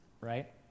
right